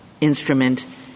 instrument